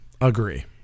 Agree